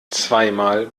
zweimal